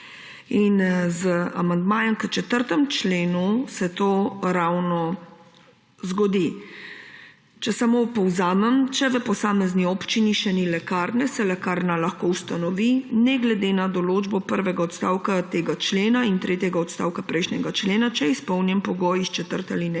Z amandmajem k 4. členu se ravno to zgodi. Če samo povzamem: če v posamezni občini še ni lekarne, se lekarna lahko ustanovi ne glede na določbo prvega odstavka tega člena in tretjega odstavka prejšnjega člena, če je izpolnjen pogoj iz četrte alineje